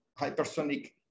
hypersonic